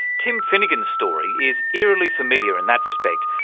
tim finnigan's story is eerily familiar in that respect,